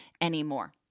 anymore